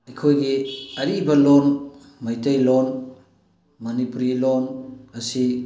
ꯑꯩꯈꯣꯏꯒꯤ ꯑꯔꯤꯕ ꯂꯣꯜ ꯃꯩꯇꯩꯂꯣꯜ ꯃꯅꯤꯄꯨꯔꯤ ꯂꯣꯜ ꯑꯁꯤ